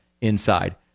inside